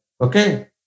Okay